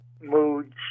moods